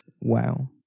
Wow